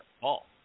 Paul